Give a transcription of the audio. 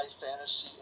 fantasy